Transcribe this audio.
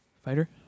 Fighter